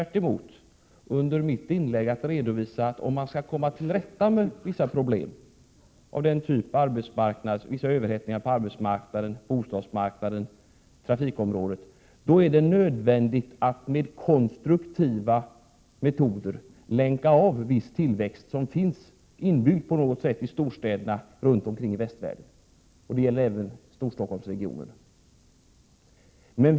26 maj 1988 Jag försökte tvärtom i mitt inlägg redovisa att om man skall komma till rätta med vissa problem, som överhettningen av bostadsmarknad och arbetsmarknad och svårigheter på trafikområdet, då är det nödvändigt att med konstruktiva metoder länka av viss tillväxt som finns inbyggd på något sätt i storstäderna runt omkring i västvärlden. Det gäller även Storstockholmsregionen.